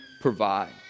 provide